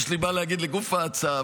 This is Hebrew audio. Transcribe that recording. יש לי מה להגיד לגוף ההצעה,